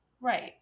Right